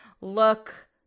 look